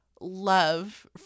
love